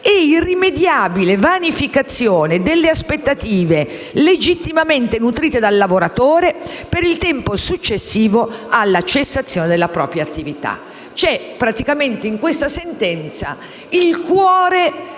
e irrimediabile vanificazione delle aspettative legittimamente nutrite dal lavoratore per il tempo successivo alla cessazione della propria attività. In questa sentenza c'è